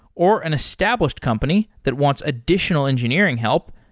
or an established company that wants additional engineering help,